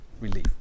relief